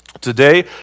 Today